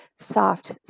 soft